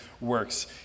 works